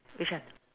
which one